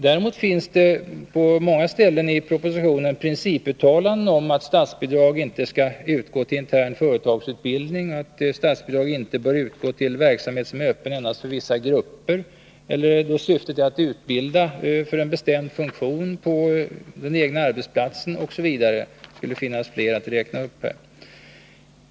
Däremot finns det på många ställen i propositionen principuttalanden om att statsbidrag inte skall utgå till intern företagsutbildning, att statsbidrag inte bör utgå till verksamhet som är öppen endast för vissa grupper eller då syftet är att utbilda för en bestämd funktion på den egna arbetsplatsen osv. Det finns flera sådana uttalanden som jag skulle kunna räkna upp.